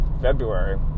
February